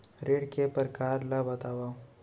ऋण के परकार ल बतावव?